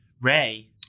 Ray